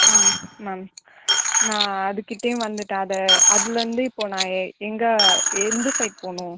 ஆ ma'am நான் அதுக்கிட்டேயும் வந்துவிட்டேன் அது அதுலேருந்து இப்போது நான் எ எங்கே எந்த சைடு போகணும்